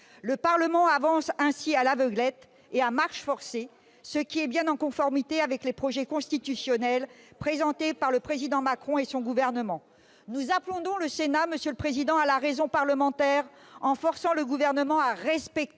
Le Parlement avance ainsi à l'aveuglette et à marche forcée, ce qui est bien en conformité avec les projets constitutionnels présentés par le président Macron et son gouvernement ... Nous appelons donc le Sénat à la raison parlementaire : il faut forcer le Gouvernement à respecter